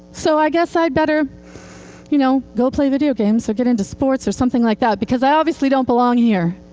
so i guess i'd better you know go play video games or get into sports, or something like that, because i obviously don't belong here.